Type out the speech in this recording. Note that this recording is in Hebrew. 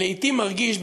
לעתים מרגיש,